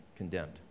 Condemned